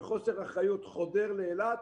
בחוסר אחריות חודר לאילת.